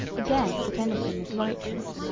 a guess at anything is righteous,